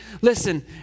Listen